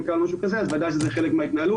קהל או משהו כזה ודאי שזה חלק מההתנהלות.